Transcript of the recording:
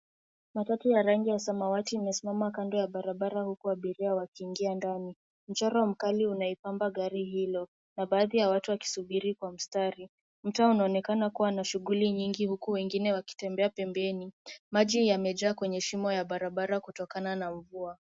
Matatu ya rangi ya samawati imesimama kando ya barabara huku abiria wakiingia ndani. Mchoro mkali unaipamba gari hilo, na baadhi ya watu wakisubiri kwa mstari. Mtaa unaonekana kuwa na shughuli nyingi huku wengine wakitembea pembeni. Maji yamejaa kwenye shimo ya barabara kutokana na mvua.